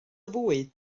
fwyd